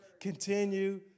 continue